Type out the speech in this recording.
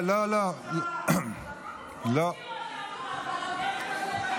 הוציאו אותנו,